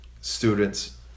students